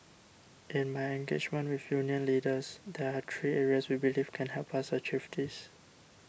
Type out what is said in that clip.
in my engagement with union leaders there are three areas we believe can help us achieve this